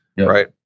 Right